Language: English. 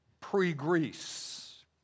pre-Greece